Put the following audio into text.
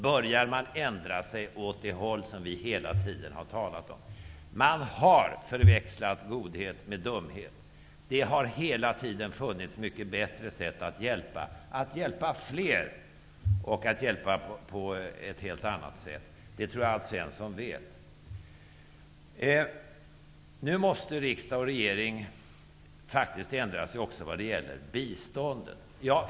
Börjar man inte ändra sig åt det håll som vi hela tiden har talat om? Man har förväxlat godhet med dumhet. Det har hela tiden funnits mycket bättre sätt att hjälpa människor och att hjälpa fler. Det tror jag att Alf Svensson vet. Nu måste riksdag och regering faktiskt ändra sig vad gäller biståndet.